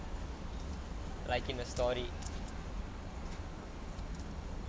like in a story